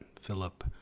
Philip